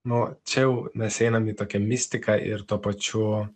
nu čia jau mes einam į tokią mistiką ir tuo pačiu